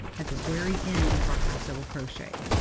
at the very end of our half double crochet.